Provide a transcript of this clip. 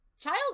child